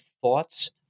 thoughts